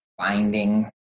finding